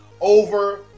over